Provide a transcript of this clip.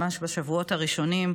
ממש בשבועות הראשונים.